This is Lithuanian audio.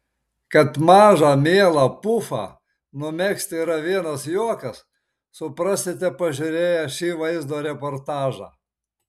kad mažą mielą pufą numegzti yra vienas juokas suprasite pažiūrėję šį vaizdo reportažą